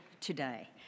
today